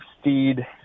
steed